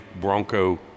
Bronco